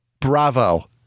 Bravo